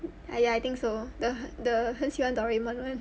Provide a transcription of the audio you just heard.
!aiya! I think so the the 很喜欢 doraemon [one]